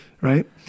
Right